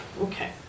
Okay